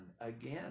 again